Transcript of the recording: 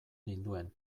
ninduen